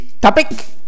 topic